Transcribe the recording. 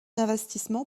investissement